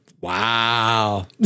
Wow